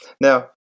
Now